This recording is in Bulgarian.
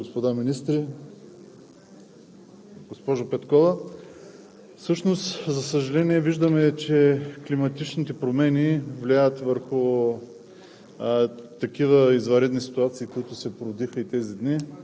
Благодаря, госпожо Председател. Уважаеми колеги, уважаеми госпожи и господа министри! Госпожо Петкова, всъщност, за съжаление, виждаме, че климатичните промени влияят върху